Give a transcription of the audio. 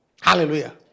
Hallelujah